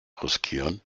riskieren